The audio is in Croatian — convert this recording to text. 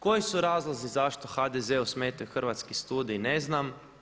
Koji su razlozi zašto HDZ-u smetaju Hrvatski studiji ne znam.